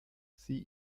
sie